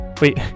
Wait